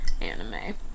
anime